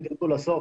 אם תרדו לסוף,